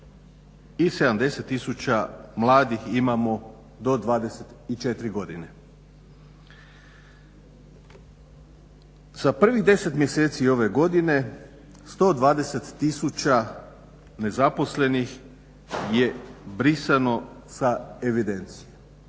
i 70 tisuća mladih imamo do 24 godine. Sa prvim deset mjeseci ove godine 120 tisuća nezaposlenih je brisano sa evidencije.